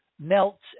melts